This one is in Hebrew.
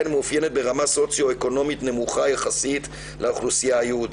מאופיינת ברמה סוציואקונומית נמוכה יחסית לאוכלוסייה היהודית.